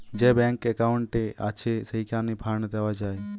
যে ব্যাংকে একউন্ট আছে, সেইখানে ফান্ড দেওয়া যায়